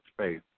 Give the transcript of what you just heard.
space